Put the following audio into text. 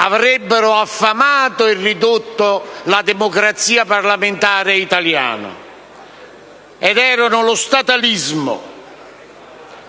avrebbero affamato e ridotto la democrazia parlamentare italiana: lo statalismo,